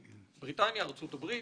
בריטניה, ארצות הברית.